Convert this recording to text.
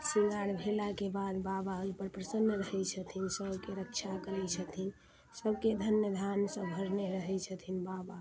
शृङ्गार भेलाके बाद बाबा ओइपर प्रसन्न रहै छथिन सबके रक्षा करै छथिन सबके धन्य धान्यसँ भरने रहै छथिन बाबा